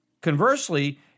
Conversely